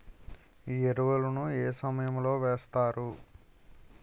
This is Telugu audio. ఎరువుల ను ఏ సమయం లో వేస్తారు?